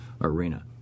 arena